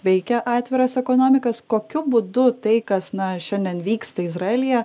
veikia atviras ekonomikas kokiu būdu tai kas na šiandien vyksta izraelyje